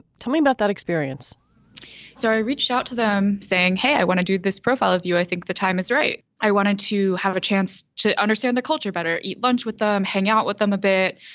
tell me about that experience so i reached out to them saying, hey, i want to do this profile of you. i think the time is right. i wanted to have a chance to understand the culture. better eat lunch with them, hang out with them a bit,